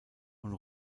und